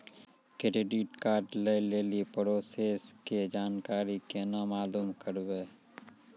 Credit card लय लेली process के जानकारी केना मालूम करबै?